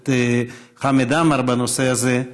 הכנסת חמד עמאר בנושא הזה.